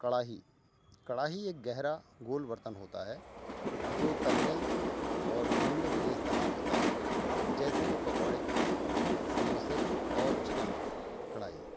کڑاہی کڑاہی ایک گہرا گول برتن ہوتا ہے جو تلنے اور بھوننے کے لئیں استعمال ہوتا ہے جیسے کہ پکوڑے سموسے اور چکن کڑھائی